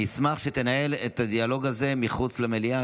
אני אשמח שתנהל את הדיאלוג הזה מחוץ למליאה,